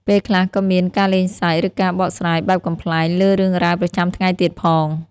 ពេលខ្លះក៏មាន ការលេងសើច ឬការបកស្រាយបែបកំប្លែងលើរឿងរ៉ាវប្រចាំថ្ងៃទៀតផង។